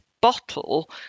bottle